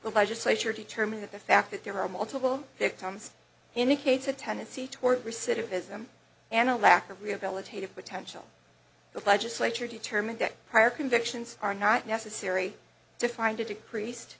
the legislature determined that the fact that there are multiple victims indicates a tendency toward recidivism and a lack of rehabilitative potential the legislature determined that prior convictions are not necessary to find a decreased